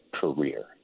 career